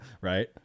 Right